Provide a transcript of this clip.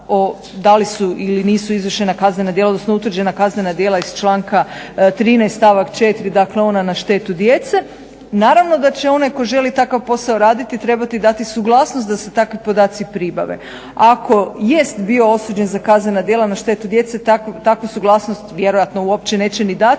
da li su ili nisu izvršena kaznena djela, odnosno utvrđena kaznena djela iz članka 13. stavak 4. dakle ona na štetu djece. Naravno da će onaj tko želi takav posao raditi trebati dati suglasnost da se takvi podaci pribave. Ako jest bio osuđen za kaznena djela na štetu djece takvu suglasnost vjerojatno uopće neće ni dati